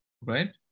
right